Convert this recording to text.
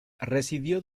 residió